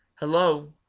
hello,